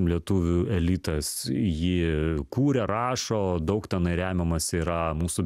lietuvių elitas jį kūria rašo daug tenai remiamasi yra mūsų